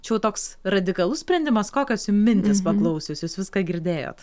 čia jau toks radikalus sprendimas kokios jum mintys paklausius jūs viską girdėjot